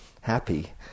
happy